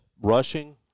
rushing